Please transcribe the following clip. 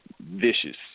vicious